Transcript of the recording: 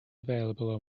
available